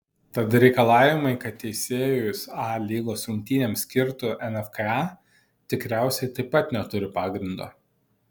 tad reikalavimai kad teisėjus a lygos rungtynėms skirtų nfka tikriausiai taip pat neturi pagrindo